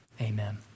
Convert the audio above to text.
Amen